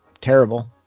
terrible